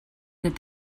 that